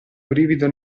brivido